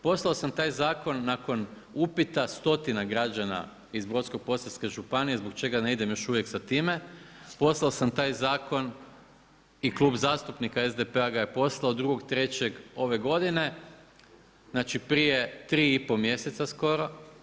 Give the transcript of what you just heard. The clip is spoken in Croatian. Poslao sam taj zakon nakon upita stotina građana iz Brodsko-posavske županije zbog čega ne idem još uvijek sa time, poslao sam taj zakon i Klub zastupnika SDP-a ga je poslao 2.3. ove godine, znači prije tri i pol mjeseca skoro.